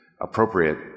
appropriate